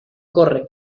corre